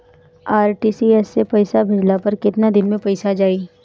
RTGS से पईसा भेजला पर केतना दिन मे पईसा जाई?